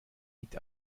liegt